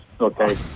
okay